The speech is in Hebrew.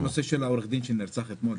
גם הנושא של העורך דין שנרצח אתמול,